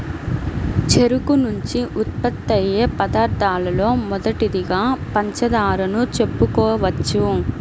చెరుకు నుంచి ఉత్పత్తయ్యే పదార్థాలలో మొదటిదిగా పంచదారను చెప్పుకోవచ్చు